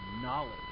knowledge